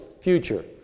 future